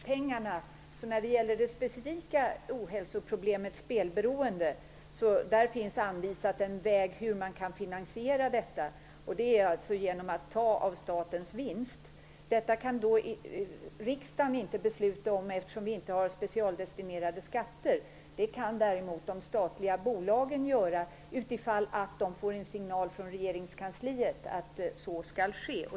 Fru talman! När det gäller det specifika ohälsoproblemet med spelberoendet har vi anvisat en väg för hur man kan finansiera detta. Det är genom att ta av statens vinst. Det kan inte riksdagen besluta om, eftersom vi inte har specialdestinerade skatter. De statliga bolagen kan däremot göra det om de får en signal från regeringskansliet att så skall ske.